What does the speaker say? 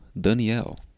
Danielle